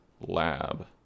lab